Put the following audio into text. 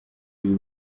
ibi